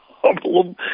problem